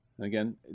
Again